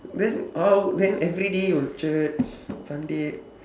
then all then every day you got church sunday